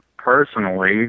Personally